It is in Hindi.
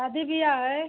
शादी ब्याह है